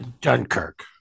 Dunkirk